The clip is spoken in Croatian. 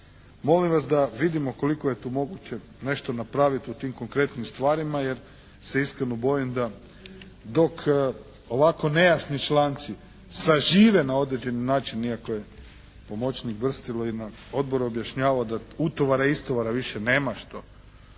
Molim vas da vidimo koliko je tu moguće nešto napraviti u tim konkretnim stvarima jer se iskreno bojim da dok ovako nejasni članci sažive na određeni način iako je pomoćnik Brstilo i na odboru objašnjavao da utovara i istovara više nema,